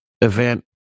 event